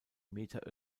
meter